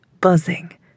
buzzing